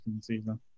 season